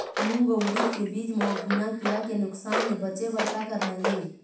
मूंग अउ उरीद के बीज म घुना किरा के नुकसान ले बचे बर का करना ये?